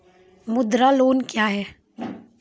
मुद्रा लोन क्या हैं?